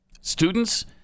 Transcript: students